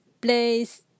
place